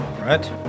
right